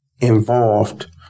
involved